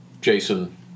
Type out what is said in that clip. Jason